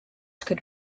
could